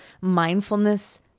mindfulness